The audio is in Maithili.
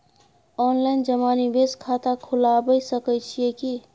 ऑनलाइन जमा निवेश खाता खुलाबय सकै छियै की?